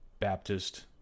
Baptist